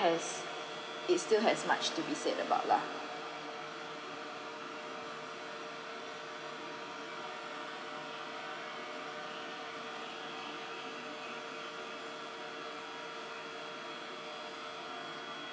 has it still has much to be said about lah